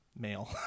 male